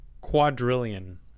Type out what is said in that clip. quadrillion